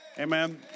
Amen